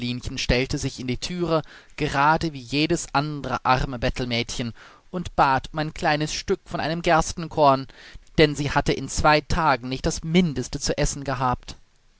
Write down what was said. stellte sich in die thüre gerade wie jedes andere arme bettelmädchen und bat um ein kleines stück von einem gerstenkorn denn sie hatte in zwei tagen nicht das mindeste zu essen gehabt